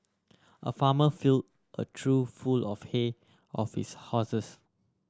a farmer fill a trough full of hay of his horses